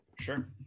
Sure